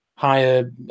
higher